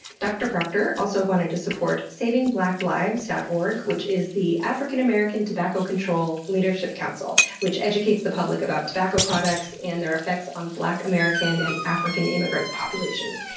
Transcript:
dr. proctor also wanted to support savingblacklives dot org, which is the african american tobacco control leadership council, which educates the public about tobacco products and their effects on black american and african immigrant populations.